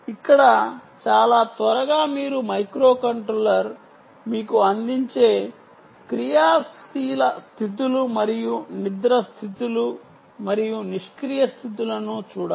ఇక్కడ చాలా త్వరగా మీరు మైక్రోకంట్రోలర్ మీకు అందించే క్రియాశీల స్థితులు మరియు నిద్ర స్థితులు మరియు నిష్క్రియ స్థితులను చూడాలి